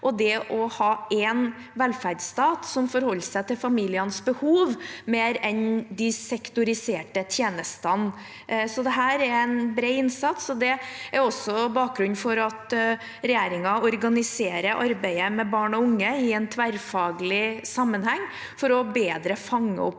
og det å ha én velferdsstat som forholder seg til familienes behov, mer enn de sektoriserte tjenestene. Dette er en bred innsats, og det er også bakgrunnen for at regjeringen organiserer arbeidet med barn og unge i en tverrfaglig sammenheng for bedre å fange opp